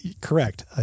Correct